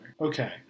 Okay